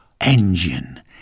engine